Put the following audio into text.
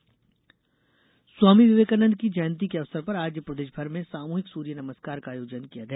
सुर्य नमस्कार स्वामी विवेकानंद की जयंती के अवसर पर आज प्रदेश भर में सामूहिक सूर्य नमस्कार का आयोजन किया गया